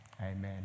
amen